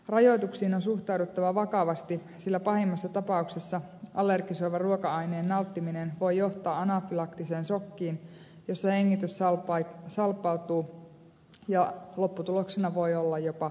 rajoituksiin on suhtauduttava vakavasti sillä pahimmassa tapauksessa allergisoivan ruoka aineen nauttiminen voi johtaa anafylaktiseen sokkiin jossa hengitys salpautuu ja lopputuloksena voi olla jopa hengenlähtö